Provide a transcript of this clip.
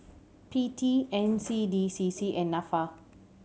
P T N C D C C and Nafa